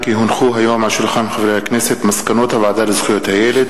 כי הונחו היום על שולחן הכנסת מסקנות הוועדה לזכויות הילד